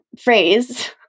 phrase